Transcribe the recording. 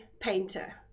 painter